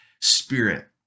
Spirit